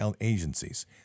agencies